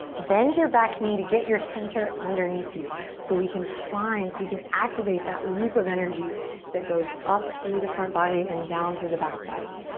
bend your back knee to get your center underneath you so we can find, so we can activate that loop of energy that goes up through the front body and down through the back body.